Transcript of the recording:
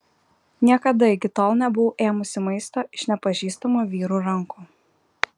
niekada iki tol nebuvau ėmusi maisto iš nepažįstamo vyro rankų